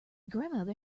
grandmother